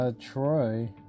Troy